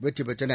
வெற்றிபெற்றன